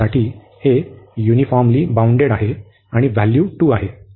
हे uniformly bounded आहे आणि हे व्हॅल्यू 2 आहे